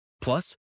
Plus